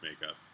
makeup